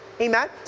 amen